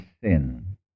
sin